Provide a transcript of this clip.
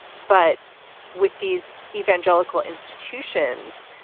but with these evangelical institutions,